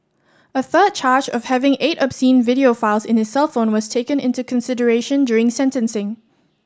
a third charge of having eight obscene video files in his cellphone was taken into consideration during sentencing